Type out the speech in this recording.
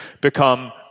become